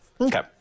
Okay